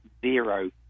zero